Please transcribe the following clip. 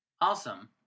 Awesome